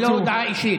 זה לא הודעה אישית.